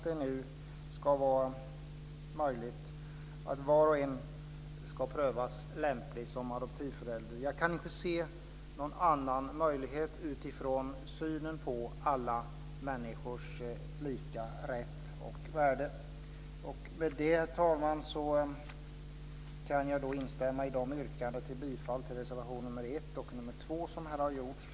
Det ska vara möjligt att var och en ska prövas lämplig som adoptivförälder. Jag kan inte se någon annan möjlighet utifrån synen på alla människors lika rätt och värde. Herr talman! Med detta instämmer jag i de yrkanden om bifall till reservationerna nr 1 och nr 2 som här ha gjorts.